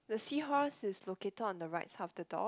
the seahorse is located on the right side of the door